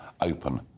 open